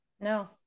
No